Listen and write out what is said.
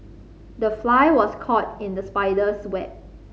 the fly was caught in the spider's web